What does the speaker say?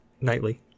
nightly